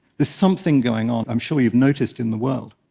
there's something going on, i'm sure you've noticed, in the world.